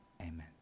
amen